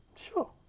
Sure